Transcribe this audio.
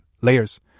layers